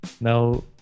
Now